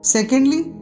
Secondly